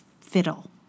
fiddle